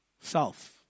Self